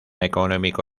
económico